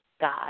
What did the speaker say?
God